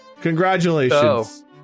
Congratulations